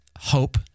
hope